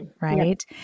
right